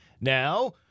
Now